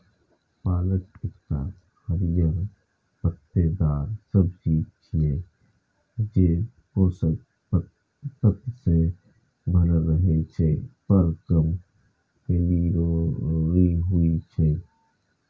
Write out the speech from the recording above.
पालक एकटा हरियर पत्तेदार सब्जी छियै, जे पोषक तत्व सं भरल रहै छै, पर कम कैलोरी होइ छै